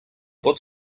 pot